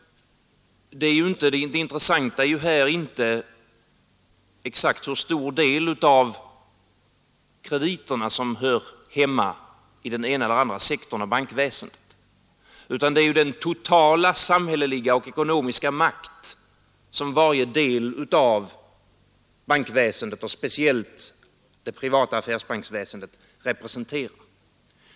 Det intressanta är nämligen inte exakt hur stor del av krediterna som hör hemma i den ena eller andra sektorn av bankväsendet utan hur stor den totala samhälleliga och ekonomiska makt är som varje del av bankväsendet, och speciellt det privata affärsbanksväsendet, representerar.